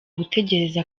gutegereza